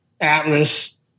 Atlas